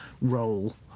role